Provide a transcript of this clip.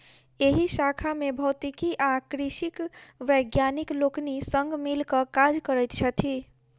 एहि शाखा मे भौतिकी आ कृषिक वैज्ञानिक लोकनि संग मिल क काज करैत छथि